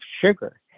sugar